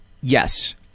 Yes